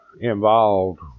involved